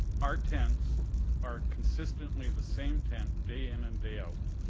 our tents are consistently the same tent day in and day out.